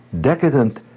decadent